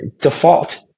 default